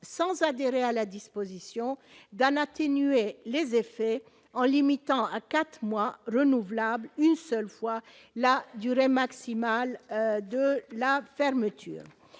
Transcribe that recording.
sans adhérer à la disposition d'un atténuer les effets en limitant à 4 mois renouvelable une seule fois la durée maximale de la fermeture,